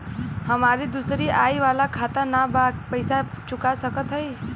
हमारी दूसरी आई वाला खाता ना बा पैसा चुका सकत हई?